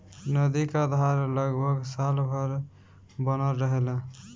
नदी क धार लगभग साल भर बनल रहेला